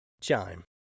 Chime